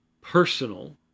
personal